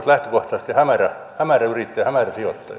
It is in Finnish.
lähtökohtaisesti hämärä hämärä yrittäjä hämärä sijoittaja